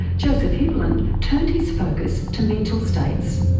joseph hibbelin turned his focus to mental states.